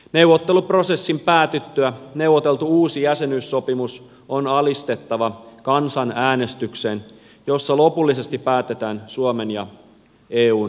neuvotteluprosessin päätyttyä neuvoteltu uusi jäsenyyssopimus on alistettava kansanäänestykseen jossa lopullisesti päätetään suomen ja eun suhteesta